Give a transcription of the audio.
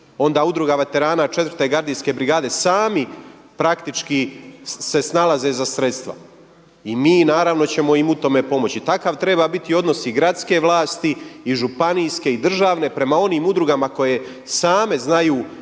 onda Udruga veterana IV. Gardijske brigade – sami praktički se snalaze za sredstva. I mi naravno ćemo im u tome pomoći. Takav treba biti odnos i gradske vlasti, i županijske i državne prema onim udrugama koje same znaju